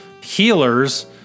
healers